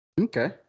Okay